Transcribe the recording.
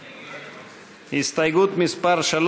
ההסתייגות (3) של